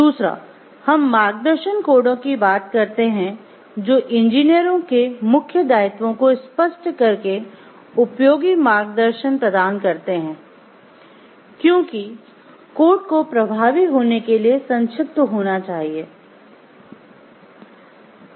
दूसरा हम मार्गदर्शन कोडों की बात करते हैं जो इंजीनियरों के मुख्य दायित्वों को स्पष्ट करके उपयोगी मार्गदर्शन प्रदान करते हैं क्योंकि कोड को प्रभावी होने के लिए संक्षिप्त होना चाहिए है